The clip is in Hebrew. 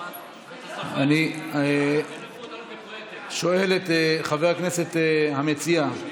אני שואל את חבר הכנסת המציע,